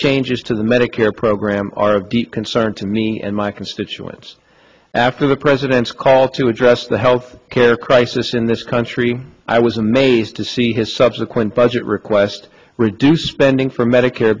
changes to the medicare program are of deep concern to me and my constituents after the president's call to address the health care crisis in this country i was amazed to see his subsequent budget request reduced spending for medicare